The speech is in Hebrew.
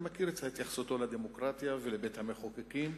אני מכיר את התייחסותו לדמוקרטיה ולבית-המחוקקים,